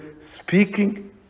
speaking